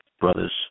brothers